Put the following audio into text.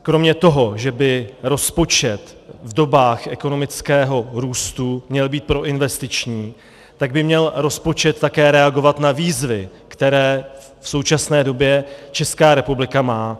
Kromě toho, že by rozpočet v dobách ekonomického růstu měl být proinvestiční, tak by měl rozpočet také reagovat na výzvy, které v současné době Česká republika má.